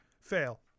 Fail